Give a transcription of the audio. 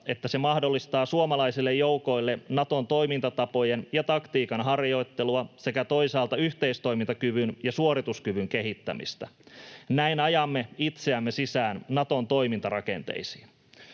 että se mahdollistaa suomalaisille joukoille Naton toimintatapojen ja taktiikan harjoittelua sekä toisaalta yhteistoimintakyvyn ja suorituskyvyn kehittämistä. Näin ajamme itseämme sisään Naton toimintarakenteisiin.